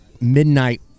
midnight